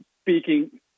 Speaking